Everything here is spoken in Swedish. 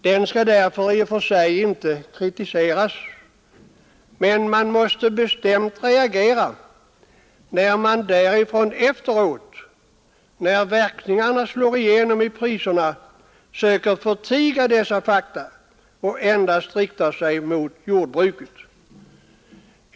Den skall därför i och för sig inte kritiseras, men vi måste bestämt reagera, när man efteråt, då verkningarna slår igenom i priserna, söker förtiga dessa fakta och endast riktar sig mot jordbruket.